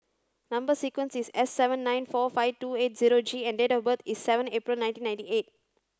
number sequence is S seven nine four five two eight zero G and date of birth is seven April nineteen ninety eight